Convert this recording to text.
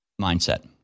mindset